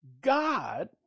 God